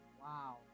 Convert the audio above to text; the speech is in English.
Wow